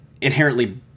inherently